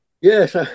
Yes